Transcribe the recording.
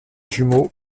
jumeaux